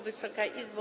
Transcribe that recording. Wysoka Izbo!